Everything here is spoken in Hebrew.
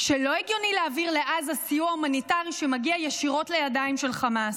שלא הגיוני להעביר לעזה סיוע הומניטרי שמגיע ישירות לידיים של חמאס,